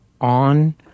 on